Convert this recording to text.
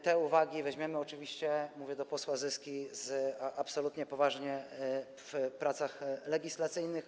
Te uwagi potraktujemy oczywiście - mówię do posła Zyski - absolutnie poważnie w pracach legislacyjnych.